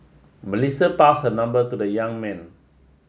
Melissa passed her number to the young man